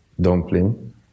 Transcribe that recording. Dumpling